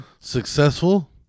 successful